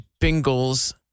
Bengals